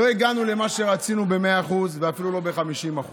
לא הגענו למה שרצינו ב-100% ואפילו לא ב-50%;